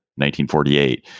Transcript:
1948